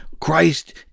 Christ